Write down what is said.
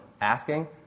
asking